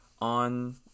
on